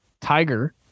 Tiger